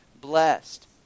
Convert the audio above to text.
blessed